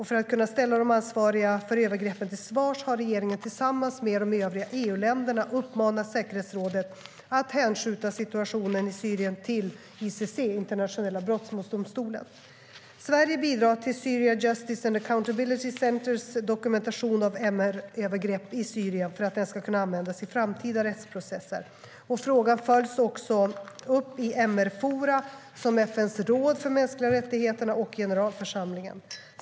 För att kunna ställa de ansvariga för övergreppen till svars har regeringen, tillsammans med de övriga EU-länderna, uppmanat säkerhetsrådet att hänskjuta situationen i Syrien till ICC, Internationella brottmålsdomstolen. Sverige bidrar till Syria Justice and Accountability Centres dokumentation av MR-övergrepp i Syrien för att den ska kunna användas i framtida rättsprocesser. Frågan följs också upp i MR-forum som FN:s råd för de mänskliga rättigheterna och generalförsamlingen.